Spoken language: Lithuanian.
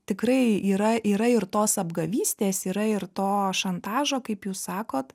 tikrai yra yra ir tos apgavystės yra ir to šantažo kaip jūs sakot